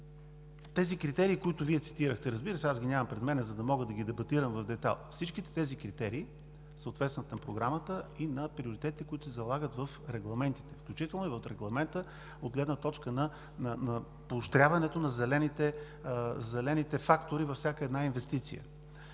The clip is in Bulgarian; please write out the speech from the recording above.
тези критерии, които цитирахте. Разбира се, нямам ги пред мен, за да мога да ги дебатирам в детайли. Всички тези критерии съответстват на Програмата и на приоритетите, които се залагат в регламентите, включително и в регламента от гледна точка на поощряването на зелените фактори във всяка една инвестиция.